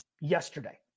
yesterday